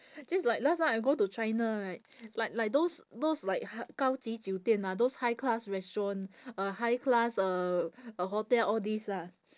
just like last time I go to china right like like those those like h~ 高级酒店啊:gao ji jiu dian ah those high class restaurant uh high class uh uh hotel all these lah